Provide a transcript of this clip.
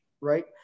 Right